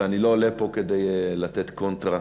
ואני לא עולה פה כדי לתת קונטרה,